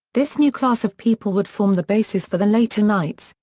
this new class of people would form the basis for the later knights,